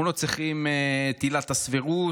אנחנו לא צריכים את עילת הסבירות.